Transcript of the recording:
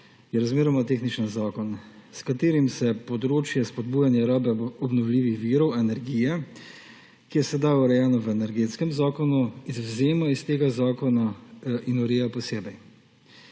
je razmeroma tehničen zakon, s katerim se področje spodbujanja rabe obnovljivih virov energije, ki je sedaj urejeno v Energetskem zakonu, izvzema iz tega zakona in ureja posebej.